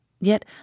Yet